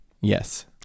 Yes